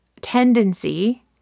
tendency